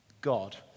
God